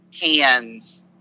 hands